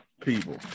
people